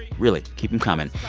really, keep them coming.